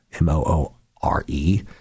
m-o-o-r-e